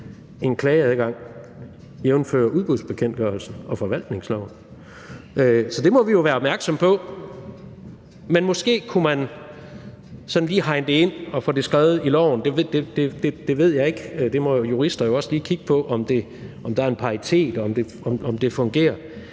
en klageadgang, jævnfør udbudsbekendtgørelsen og forvaltningsloven. Så det må vi jo være opmærksomme på. Men måske kunne man sådan lige hegne det ind og få det skrevet i loven. Det ved jeg ikke. Juristerne må jo også lige kigge på, om der er en paritet, og om det fungerer.